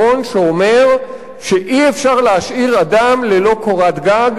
שאומר שאי-אפשר להשאיר אדם ללא קורת-גג,